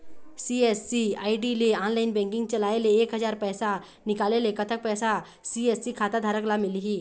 CSC ID ले online banking चलाए ले एक हजार पैसा निकाले ले कतक पैसा सी.एस.सी खाता धारक ला मिलही?